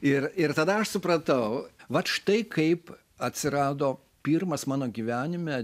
ir ir tada aš supratau vat štai kaip atsirado pirmas mano gyvenime